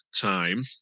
time